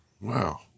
wow